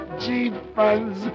Jeepers